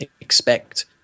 expect